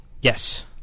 Yes